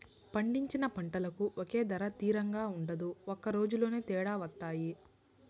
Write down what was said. పండించిన పంటకు ఒకే ధర తిరంగా ఉండదు ఒక రోజులోనే తేడా వత్తాయి